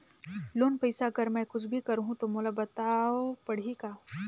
Loan पइसा कर मै कुछ भी करहु तो मोला बताव पड़ही का?